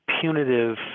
punitive